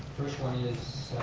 first one is,